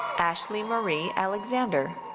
ashley marie alexander.